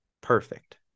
perfect